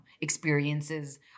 experiences